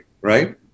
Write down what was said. right